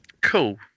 Cool